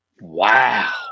Wow